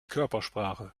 körpersprache